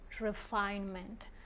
refinement